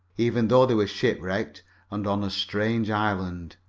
even though they were shipwrecked and on a strange island.